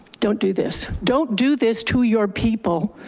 don't do this, don't do this to your people.